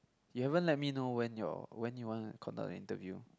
you haven't let me know when your when you want to conduct the interview